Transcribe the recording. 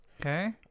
okay